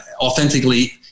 authentically